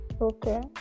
Okay